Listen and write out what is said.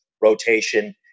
rotation